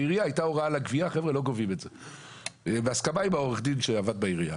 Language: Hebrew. כעירייה הייתה הוראה לגבייה בהסכמה עם עורך הדין שעבד בעירייה,